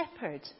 shepherd